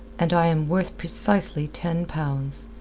and i am worth precisely ten pounds.